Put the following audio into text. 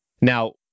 Now